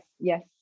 yes